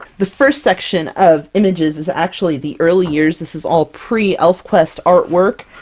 the first section of images is actually the early years. this is all pre-elfquest artwork.